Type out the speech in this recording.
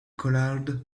collared